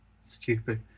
Stupid